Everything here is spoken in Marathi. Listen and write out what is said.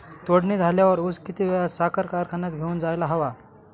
तोडणी झाल्यावर ऊस किती वेळात साखर कारखान्यात घेऊन जायला हवा?